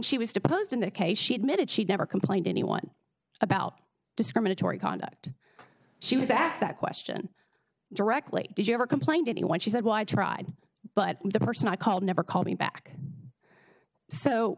she was deposed in that case she admitted she never complained anyone about discriminatory conduct she was asked that question directly did you ever complain to me when she said why i tried but the person i called never called me back so